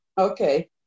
okay